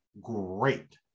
great